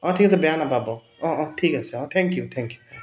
অঁ ঠিক আছে বেয়া নাপাব অঁ অঁ ঠিক আছে অঁ থেংক ইউ থেংক ইউ